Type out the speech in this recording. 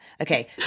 Okay